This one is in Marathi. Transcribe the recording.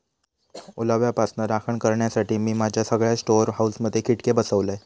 ओलाव्यापासना राखण करण्यासाठी, मी माझ्या सगळ्या स्टोअर हाऊसमधे खिडके बसवलय